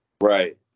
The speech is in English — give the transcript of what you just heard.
right